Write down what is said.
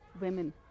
women